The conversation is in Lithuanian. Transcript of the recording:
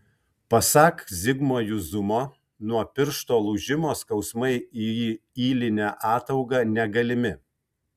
pasak zigmo juzumo nuo piršto lūžimo skausmai į ylinę ataugą negalimi